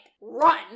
run